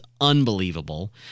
unbelievable